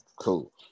cool